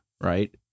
Right